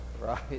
right